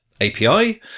API